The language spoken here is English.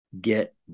Get